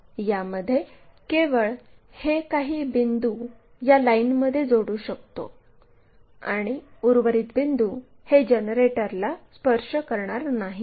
यामध्ये केवळ हे काही बिंदू या लाईनमध्ये जोडू शकतो आणि उर्वरित बिंदू हे जनरेटरला स्पर्श करणार नाहीत